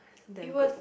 damn good